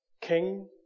king